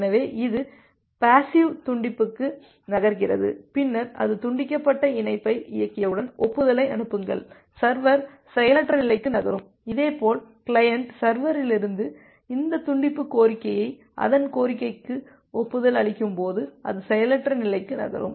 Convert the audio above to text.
எனவே அது பேசிவ் துண்டிப்புக்கு நகர்கிறது பின்னர் அது துண்டிக்கப்பட்ட இணைப்பை இயக்கியவுடன் ஒப்புதலை அனுப்புங்கள் சர்வர் செயலற்ற நிலைக்கு நகரும் இதேபோல் கிளையன்ட் சர்வரிலிருந்து இந்த துண்டிப்பு கோரிக்கையை அதன் கோரிக்கைக்கு ஒப்புதல் அளிக்கும் போது அது செயலற்ற நிலைக்கு நகரும்